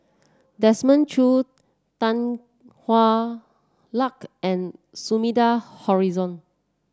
Desmond Choo Tan Hwa Luck and Sumida Haruzo